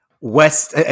west